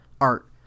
Art